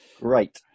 Right